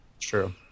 true